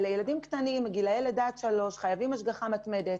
מדובר בגילאי לידה שלוש והם חייבים השגחה מתמדת,